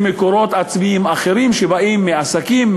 למקורות עצמיים אחרים שבאים מעסקים,